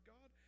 God